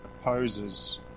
opposes